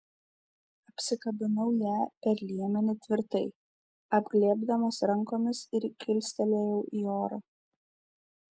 apsikabinau ją per liemenį tvirtai apglėbdamas rankomis ir kilstelėjau į orą